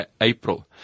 April